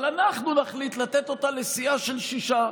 אבל אנחנו נחליט לתת אותה לסיעה של שישה,